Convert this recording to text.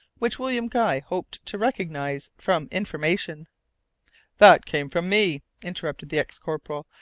which william guy hoped to recognize from information that came from me, interrupted the ex-corporal.